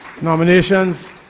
nominations